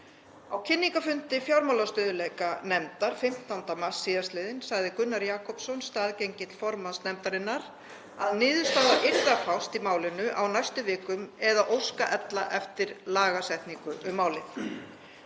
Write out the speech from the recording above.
Á kynningarfundi fjármálastöðugleikanefndar 15. mars sl. sagði Gunnar Jakobsson, staðgengill formanns nefndarinnar, að niðurstaða yrði að fást í málinu á næstu vikum eða óska ella eftir lagasetningu um málið.